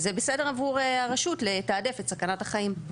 זה בסדר עבור הרשות לתעדף את סכנת החיים.